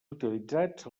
utilitzats